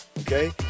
Okay